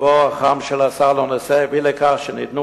ולבו החם של השר לנושא הביא לכך שניתנו